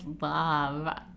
love